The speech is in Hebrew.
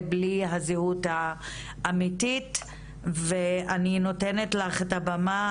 בלי הזהות האמיתית ואני נותנות לך את הבמה,